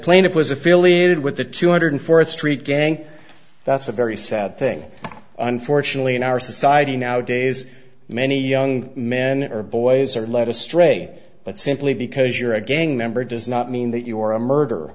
plaintiff was affiliated with the two hundred fourth street gang that's a very sad thing unfortunately in our society now days many young men or boys are led astray but simply because you're a gang member does not mean that you are a murder